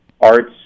arts